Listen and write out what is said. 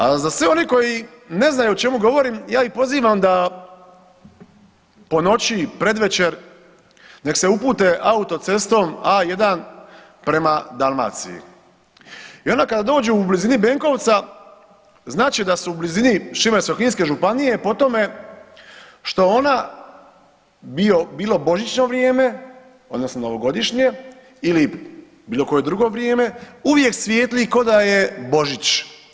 A za sve one koji ne znaju o čemu govorim, ja ih pozivam da po noći i pred večer nek se upute autocestom A1 prema Dalmaciji i onda kada dođu u blizini Benkovca, znat će da su u blizini Šibensko-kninske županije po tome što ona bilo božićno vrijeme odnosno novogodišnje ili bilo koje drugo vrijeme, uvijek svijetli k'o da je Božić.